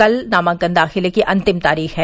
कल नामांकन दाखिले की अंतिम तारीख है